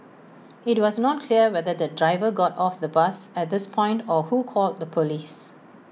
IT was not clear whether the driver got off the bus at this point or who called the Police